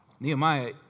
Nehemiah